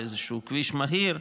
באיזשהו כביש מהיר,